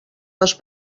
les